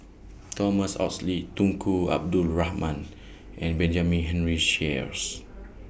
Thomas Oxley Tunku Abdul Rahman and Benjamin Henry Sheares